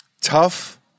Tough